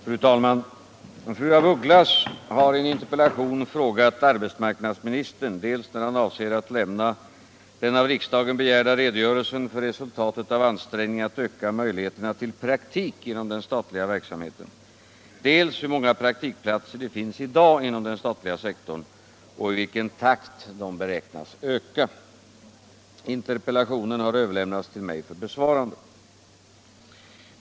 Fru talman! Fru af Ugglas har i en interpellation frågat arbetsmarknadsministern dels när han avser att lämna den av riksdagen begärda redogörelsen för resultatet av ansträngningarna att öka möjligheterna till praktik inom den statliga verksamheten, dels hur många praktikplatser det finns i dag inom den statliga sektorn och i vilken takt de beräknas öka. Interpellationen har överlämnats till mig för besvarande.